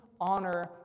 honor